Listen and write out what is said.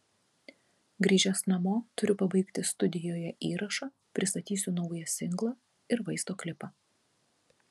grįžęs namo turiu pabaigti studijoje įrašą pristatysiu naują singlą ir vaizdo klipą